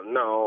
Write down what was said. no